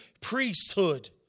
priesthood